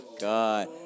god